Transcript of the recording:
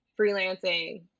freelancing